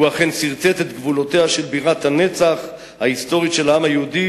הוא אכן סרטט את גבולותיה של בירת הנצח ההיסטורית של העם היהודי,